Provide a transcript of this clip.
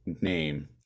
name